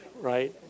right